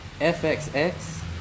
FXX